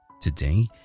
today